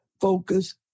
focus